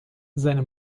seine